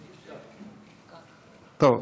טוב.